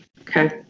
Okay